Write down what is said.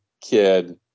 kid